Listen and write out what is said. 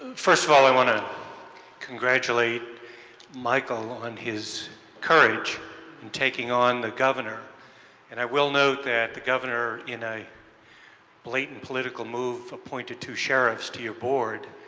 first of all, i want to congratulate michael on his kurdish in taking on the governor and i will note that the governor in a blatant political move appointed two sheriffs to your board,